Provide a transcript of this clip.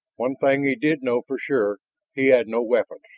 one thing he did know for sure he had no weapons.